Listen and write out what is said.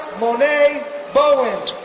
mon'ay bowens,